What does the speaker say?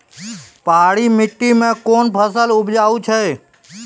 पहाड़ी मिट्टी मैं कौन फसल उपजाऊ छ?